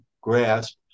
grasp